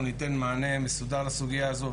אנחנו ניתן מענה מסודר לסוגיה הזו.